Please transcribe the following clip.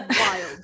wild